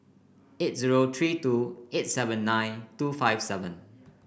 eight zero three two eight seven nine two five seven